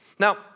Now